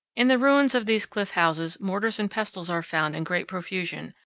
in the ruins of these cliff houses mortars and pestles are found in great profusion,